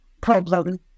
problem